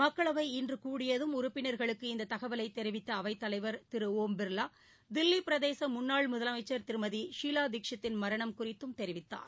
மக்களவை இன்று கூடியதும் உறுப்பினர்களக்கு இந்த தகவலை தெரிவித்த அவைத்தலைவர் திரு ஒம் பிர்வா தில்லி பிரதேச முன்னாள் முதலமைச்சர் திருமதி ஷீலா தீக்ஷித்தின் மரணம் குறித்தும் தெரிவித்தார்